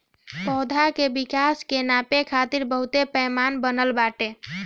पौधा के विकास के नापे खातिर बहुते पैमाना बनल बाटे